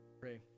pray